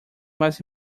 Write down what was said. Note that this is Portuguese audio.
mais